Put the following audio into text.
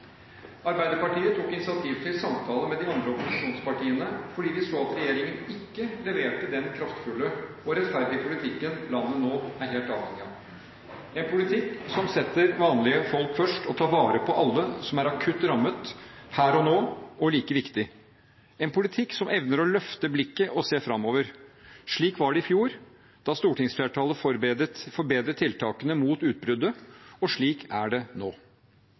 Arbeiderpartiet tok initiativ til samtaler med de andre opposisjonspartiene fordi vi så at regjeringen ikke leverte den kraftfulle og rettferdige politikken landet nå er helt avhengig av: en politikk som setter vanlige folk først og tar vare på alle som er akutt rammet her og nå, og like viktig: en politikk som evner å løfte blikket og se framover. Slik var det i fjor, da stortingsflertallet forbedret tiltakene mot utbruddet, og slik er det nå.